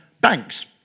Banks